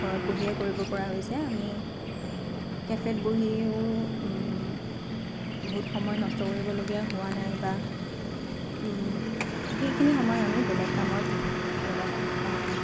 ঘৰত বহিয়ে কৰিব পৰা হৈছে আমি কেফেট বহিও বহুত সময় নষ্ট কৰিবলগীয়া হোৱা নাই বা সেইখিনি সময় আমি বেলেগ কামত লগা